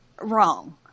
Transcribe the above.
wrong